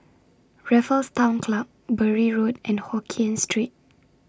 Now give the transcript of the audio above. Raffles Town Club Bury Road and Hokien Street